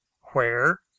Where